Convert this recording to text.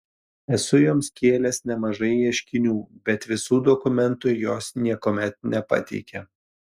esu joms kėlęs nemažai ieškinių bet visų dokumentų jos niekuomet nepateikia